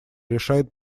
решает